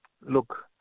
look